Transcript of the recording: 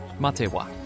Matewa